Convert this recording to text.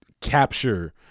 capture